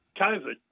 COVID